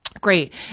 Great